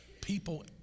people